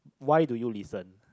why do you listen